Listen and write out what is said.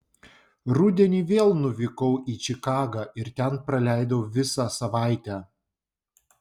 rudenį vėl nuvykau į čikagą ir ten praleidau visą savaitę